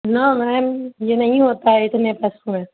نو ma'am یہ نہیں ہوتا ہے اتنے تک میں